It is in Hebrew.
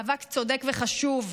מאבק צודק וחשוב.